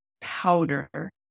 powder